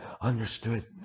Understood